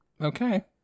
Okay